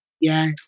Yes